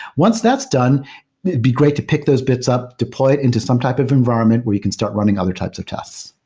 once that's done, it'd be great to pick those bits up, deploy it into some type of environment where you can start running other types of tests.